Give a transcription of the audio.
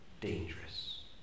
dangerous